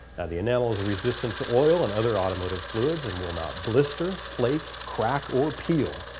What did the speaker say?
the enamel is resistant to oil and other automotive fluids and will not blister, flake, crack or peel.